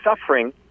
suffering